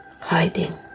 hiding